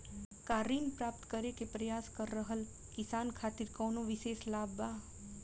का ऋण प्राप्त करे के प्रयास कर रहल किसान खातिर कउनो विशेष लाभ बा?